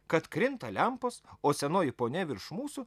kad krinta lempos o senoji ponia virš mūsų